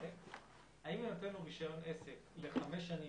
האם יינתן לו רישיון עסק לחמש שנים